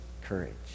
Courage